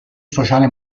sociale